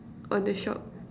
on the shop